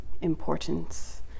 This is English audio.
importance